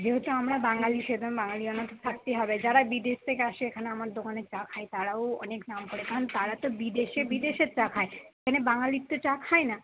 যেহেতু আমরা বাঙালি সেরকম বাঙালিয়ানাতো থাকতেই হবে যারা বিদেশ থেকে আসে এখানে আমার দোকানে চা খায় তারাও অনেক নাম করে কারণ তারা তো বিদেশে বিদেশের চা খায় এখানে বাঙালির তো চা খায় না